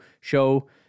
show